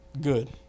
good